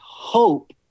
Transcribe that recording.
hope